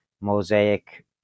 mosaic